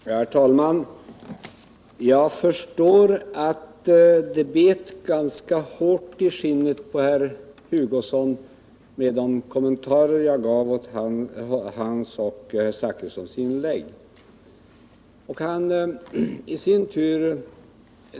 Herr talman! Jag förstår att de kommentarer jag gjorde till herr Hugossons och herr Zachrissons inlägg sved ordentligt i skinnet på herr Hugosson.